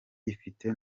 ifite